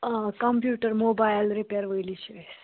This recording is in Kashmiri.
آ کَمپیوٗٹَر موبایل رِپیر وٲلی چھِ أسۍ